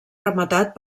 rematat